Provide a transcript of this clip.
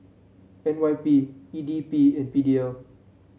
N Y P E D B and P D L